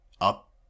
up